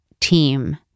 team